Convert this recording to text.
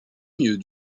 mieux